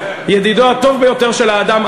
ידידו הטוב ביותר של האדם.